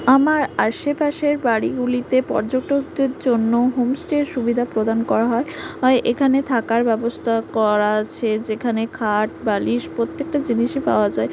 আমার আশেপাশের বাড়িগুলিতে পর্যটকদের জন্য হোম স্টের সুবিধা প্রদান করা হয় হয় এখানে থাকার ব্যবস্থা করা আছে যেখানে খাট বালিশ প্রত্যেকটা জিনিসই পাওয়া যায়